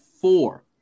four